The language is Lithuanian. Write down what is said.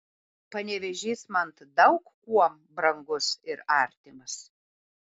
panevėžys man daug kuom brangus ir artimas